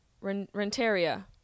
Renteria